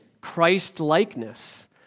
Christ-likeness